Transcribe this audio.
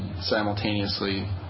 simultaneously